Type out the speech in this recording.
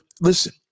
listen